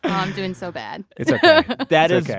i'm doing so bad it's ok that is.